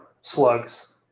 slugs